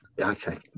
okay